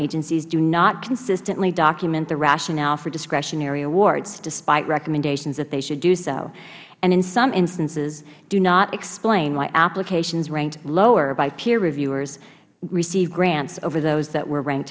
agencies do not consistently document the rationale for discretionary awards despite recommendations that they should do so and in some instances do not explain why applications ranked lower by peer reviewers received grants over those that were r